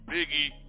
Biggie